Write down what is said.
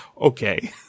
Okay